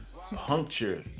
puncture